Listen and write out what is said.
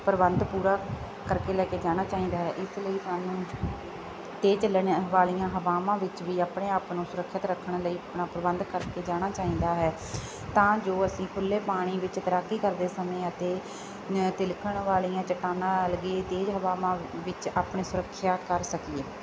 ਪ੍ਰਬੰਧ ਪੂਰਾ ਕਰਕੇ ਲੈ ਕੇ ਜਾਣਾ ਚਾਹੀਦਾ ਹੈ ਇਸ ਲਈ ਸਾਨੂੰ ਤੇਜ਼ ਚੱਲਣ ਵਾਲੀਆਂ ਹਵਾਵਾਂ ਵਿੱਚ ਵੀ ਆਪਣੇ ਆਪ ਨੂੰ ਸੁਰੱਖਿਅਤ ਰੱਖਣ ਲਈ ਆਪਣਾ ਪ੍ਰਬੰਧ ਕਰਕੇ ਜਾਣਾ ਚਾਹੀਦਾ ਹੈ ਤਾਂ ਜੋ ਅਸੀਂ ਖੁੱਲ੍ਹੇ ਪਾਣੀ ਵਿੱਚ ਤੈਰਾਕੀ ਕਰਦੇ ਸਮੇਂ ਅਤੇ ਤਿਲਕਣ ਵਾਲੀਆਂ ਚੱਟਾਨਾਂ ਆਲਗੀ ਤੇਜ਼ ਹਵਾਵਾਂ ਵਿੱਚ ਆਪਣੀ ਸੁਰੱਖਿਆ ਕਰ ਸਕੀਏ